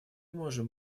можем